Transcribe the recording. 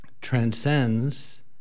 transcends